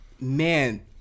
man